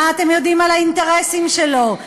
מה אתם יודעים על האינטרסים שלו?